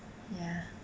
ya